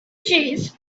refugees